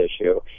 issue